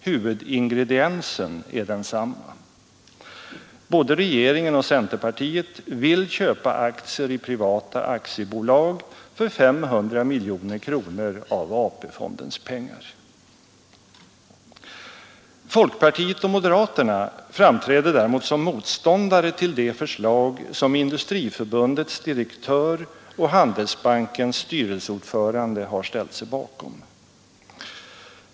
Huvudingrediensen är densamma. Både regeringen och centerpartiet vill köpa aktier i privata aktiebolag för 500 miljoner kronor av AP-fondens pengar. Folkpartiet och moderaterna framträder däremot som motståndare till det förslag som Industriförbundets direktör och Handelsbankens styrelseordförande ställt sig bakom.